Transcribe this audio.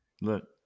Look